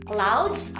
Clouds